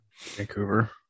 Vancouver